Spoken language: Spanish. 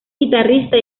guitarrista